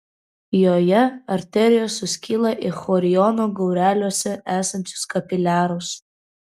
joje arterijos suskyla į choriono gaureliuose esančius kapiliarus